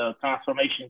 Transformation